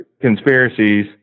conspiracies